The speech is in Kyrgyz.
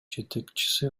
жетекчиси